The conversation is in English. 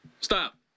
Stop